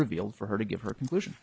revealed for her to give her conclusion